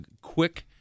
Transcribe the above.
quick